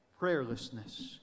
Prayerlessness